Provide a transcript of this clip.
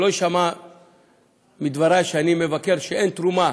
שלא יישמע מדברי שאני מבקר שאין תרומה,